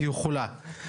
והיא יכולה.